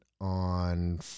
on